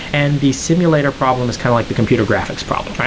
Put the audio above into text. and the simulator problem is kind of like the computer graphics problem,